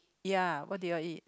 ya what do you all eat